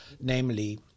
namely